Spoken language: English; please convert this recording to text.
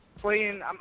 playing